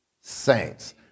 saints